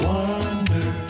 Wonder